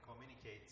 communicate